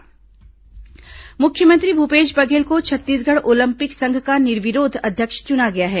Olympic संघ चुनाव मुख्यमंत्री भूपेश बघेल को छत्तीसगढ़ ओलंपिक संघ का निर्विरोध अध्यक्ष चुना गया है